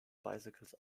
bicycles